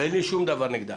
ואין לי שום דבר נגדה,